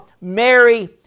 Mary